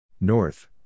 North